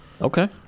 Okay